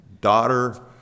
daughter